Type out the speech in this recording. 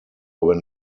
when